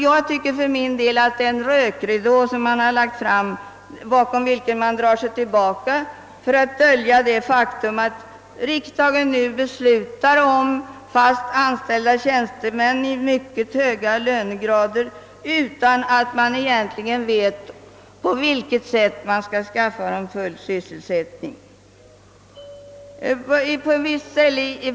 Jag tycker för min del att det är en rökridå som här lagts ut och bakom vilken man drar sig tillbaka för att dölja det faktum att riksdagen nu går att besluta om fast anställda tjänstemän i mycket höga lönegrader utan att någon egentligen vet på vilket sätt de skall kunna beredas full sysselsättning.